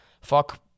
fuck